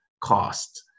cost